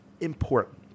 important